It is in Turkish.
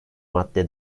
madde